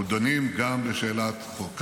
אנחנו דנים גם בשאלת חוק קמיניץ,